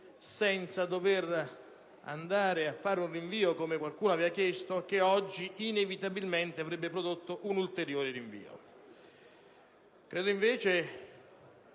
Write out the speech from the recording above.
senza dover fare un rinvio - come qualcuno aveva chiesto - che oggi inevitabilmente avrebbe prodotto un ulteriore rinvio. Credo invece,